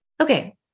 Okay